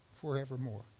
forevermore